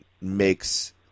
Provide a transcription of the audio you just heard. makes